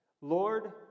lord